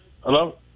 Hello